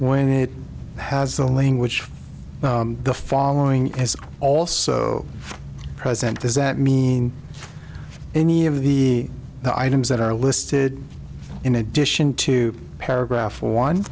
when it has the language the following is also present does that mean any of the items that are listed in addition to paragraph one